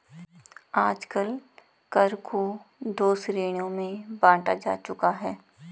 आजकल कर को दो श्रेणियों में बांटा जा चुका है